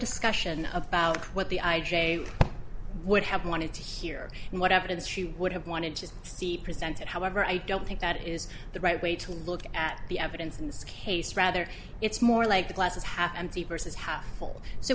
discussion about what the i j a would have wanted to hear and what evidence she would have wanted to see presented however i don't think that is the right way to look at the evidence in this case rather it's more like the glass is half empty versus half full so